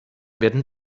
werden